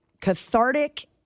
cathartic